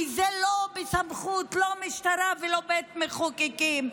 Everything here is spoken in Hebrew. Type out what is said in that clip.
כי זה לא בסמכות המשטרה ובית המחוקקים.